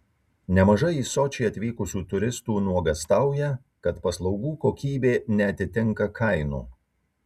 nemažai į sočį atvykusių turistų nuogąstauja kad paslaugų kokybė neatitinka kainų